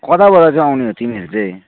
कताबाट चाहिँ आउने हो तिमीहरू चाहिँ